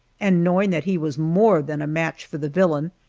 and knowing that he was more than a match for the villain,